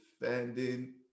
defending